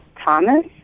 Thomas